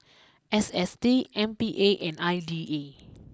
S S T M P A and I D A